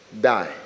die